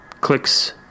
clicks